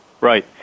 right